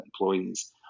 employees